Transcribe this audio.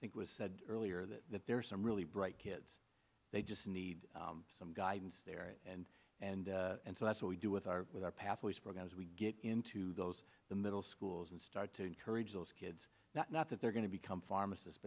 think was said earlier that that there are some really bright kids they just need some guidance there and and and so that's what we do with our with our pathways program as we get into those the middle schools and start to encourage those kids that not that they're going to become pharmacists